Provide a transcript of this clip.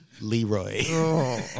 Leroy